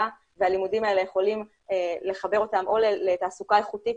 והלימודים האלה יכולים לחבר אותם או לתעסוקה איכותית,